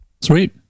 Sweet